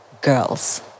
girls